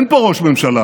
אין פה ראש ממשלה,